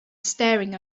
staring